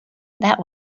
that